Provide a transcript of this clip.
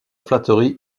flatterie